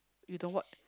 you don't what